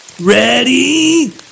Ready